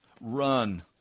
run